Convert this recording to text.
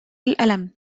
الألم